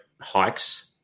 hikes